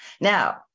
Now